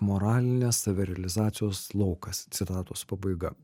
moralinės savirealizacijos laukas citatos pabaiga